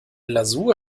lasur